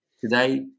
today